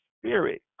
spirit